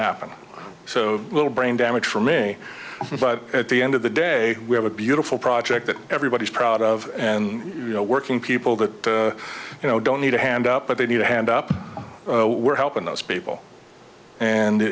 happen so little brain damage for me but at the end of the day we have a beautiful project that everybody is proud of and you know working people that you know don't need a hand up but they need a hand up helping those people and